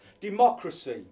Democracy